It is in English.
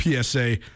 PSA